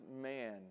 man